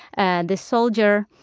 and the soldier,